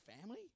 family